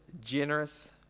generous